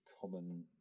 common